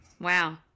Wow